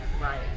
right